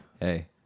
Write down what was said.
Hey